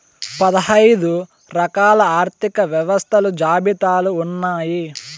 పదైదు రకాల ఆర్థిక వ్యవస్థలు జాబితాలు ఉన్నాయి